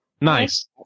Nice